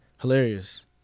hilarious